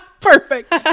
Perfect